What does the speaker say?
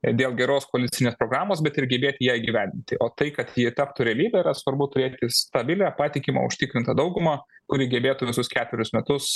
dėl geros koalicinės programos bet ir gebėti ją įgyvendinti o tai kad ji taptų realybe yra svarbu turėti stabilią patikimą užtikrintą daugumą kuri gebėtų visus ketverius metus